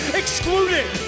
excluded